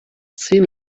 zehn